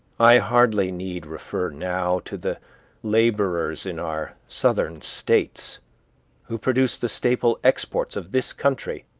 i hardly need refer now to the laborers in our southern states who produce the staple exports of this country,